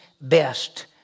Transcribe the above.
best